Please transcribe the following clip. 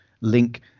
link